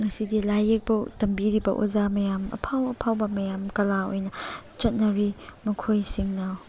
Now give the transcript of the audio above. ꯉꯁꯤꯗꯤ ꯂꯥꯏ ꯌꯦꯛꯄ ꯇꯝꯕꯤꯔꯤꯕ ꯑꯣꯖꯥ ꯃꯌꯥꯝ ꯑꯐꯥꯎ ꯑꯐꯥꯎꯕ ꯃꯌꯥꯝ ꯀꯥꯂꯥ ꯑꯣꯏꯅ ꯆꯠꯅꯔꯤ ꯃꯈꯣꯏꯁꯤꯡꯅ